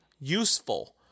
useful